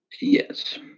Yes